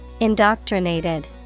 Indoctrinated